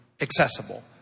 accessible